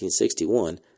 1961